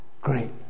great